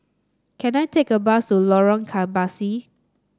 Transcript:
can I take a bus to Lorong Kebasi